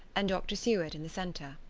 and dr. seward in the centre.